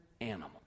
animal